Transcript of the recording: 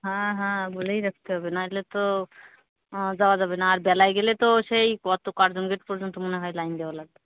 হ্যাঁ হ্যাঁ বলেই রাখতে হবে নাইলে তো যাওয়া যাবে না আর বেলায় গেলে তো সেই কত কার্জন গেট পর্যন্ত মনে হয় লাইন দেওয়া লাগবে